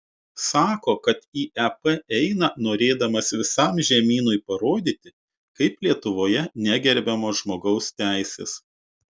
sako kad į ep eina norėdamas visam žemynui parodyti kaip lietuvoje negerbiamos žmogaus teisės